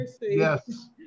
yes